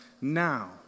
now